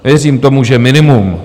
Věřím tomu, že minimum.